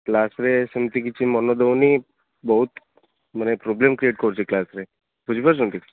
କ୍ଲାସରେ ସେମିତି କିଛି ମନ ଦେଉନି ବହୁତ ମାନେ ପ୍ରୋବ୍ଲେମ କ୍ରିଏଟ କରୁଛି କ୍ଲାସରେ ବୁଝିପାରୁଛନ୍ତି